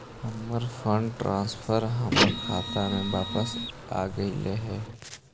हमर fund transfer हमर खाता में वापस आगईल हे